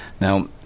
Now